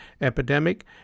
Epidemic